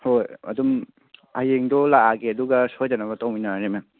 ꯍꯣꯏ ꯑꯗꯨꯝ ꯍꯌꯦꯡꯗꯣ ꯂꯥꯛꯑꯒꯦ ꯑꯗꯨꯒ ꯁꯣꯏꯗꯅꯕ ꯇꯧꯃꯤꯟꯅꯔꯁꯦ ꯃꯦꯝ